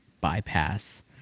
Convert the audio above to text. bypass